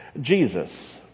Jesus